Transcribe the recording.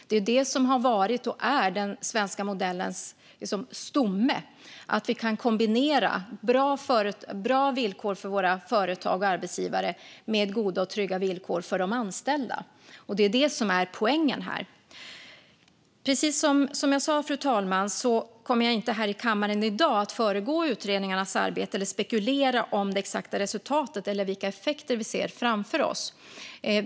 Det är det som har varit och är den svenska modellens stomme, alltså att vi kan kombinera bra villkor för våra företag och arbetsgivare med goda och trygga villkor för de anställda. Det är det som är poängen här. Som jag sa, fru talman, kommer jag inte här i kammaren i dag att föregå utredningarnas arbete eller spekulera om det exakta resultatet eller vilka effekter vi ser framför oss.